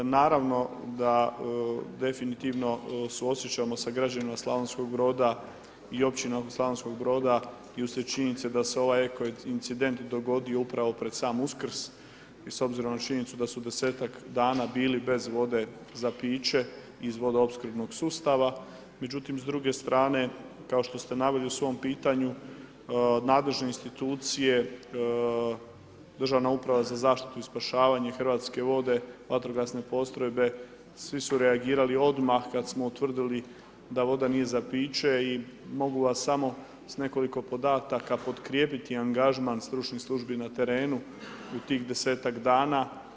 Naravno da definitivno suosjećamo sa građanima SB i općinom SB i uslijed činjenice da se ovaj eko incident dogodio upravo pred sam Uksrks i s obzirom na činjenicu da su desetak dana bili bez vode za piće iz vodoopskrbnog sustava, međutim s druge strane kao što ste naveli u svom pitanju, nadležne institucije, Državna uprava za zaštitu i spašavanje, Hrvatske vode, vatrogasne postrojbe, svi su reagirali odmah kad smo utvrdili da voda nije za piće i mogu vas samo s nekoliko podataka potkrijepiti angažman stručnih službi na terenu u tih 10-ak dana.